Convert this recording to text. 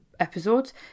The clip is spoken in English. episodes